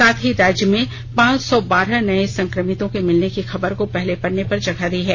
साथ ही राज्य में पांच सौ बारह नये संक्रमितों के मिलने की खबर को पहले पन्ने पर जगह दी है